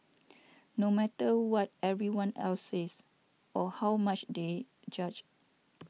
no matter what everyone else says or how much they judge